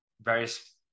various